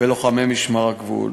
ולוחמי משמר הגבול,